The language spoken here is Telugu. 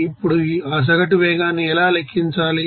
ఇప్పుడు ఆ సగటు వేగాన్ని ఎలా లెక్కించాలి